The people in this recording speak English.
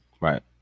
Right